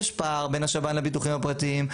יש פער בין השב"ן לביטוחים הפרטיים.